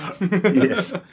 Yes